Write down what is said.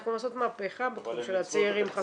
הצלחנו לעשות מהפכה בתחום של הצעירים חסרי הורים.